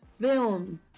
film